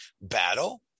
battle